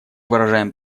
выражаем